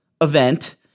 event